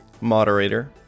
Moderator